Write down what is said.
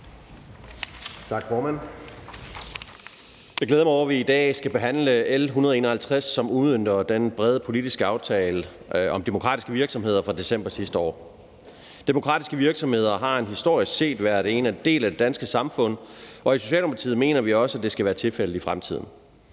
Tak, formand. Jeg glæder mig over, at vi i dag skal behandle L 151, som udmønter den brede politiske aftale om demokratiske virksomheder fra december sidste år. Demokratiske virksomheder har historisk set været en del af det danske samfund, og i Socialdemokratiet mener vi også, at det skal være tilfældet i fremtiden.